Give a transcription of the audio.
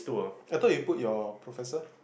I thought you put your professor